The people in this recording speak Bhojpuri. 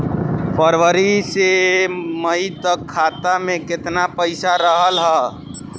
फरवरी से मई तक खाता में केतना पईसा रहल ह?